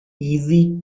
easy